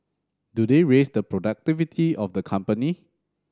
do they raise the productivity of the company